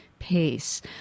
Pace